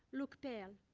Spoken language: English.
look pale.